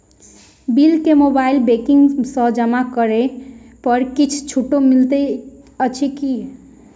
Bill केँ mobile banking सँ जमा करै पर किछ छुटो मिलैत अछि की?